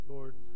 Lord